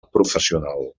professional